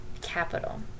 capital